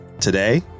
Today